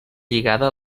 lligada